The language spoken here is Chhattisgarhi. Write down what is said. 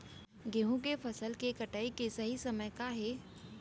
गेहूँ के फसल के कटाई के सही समय का हे?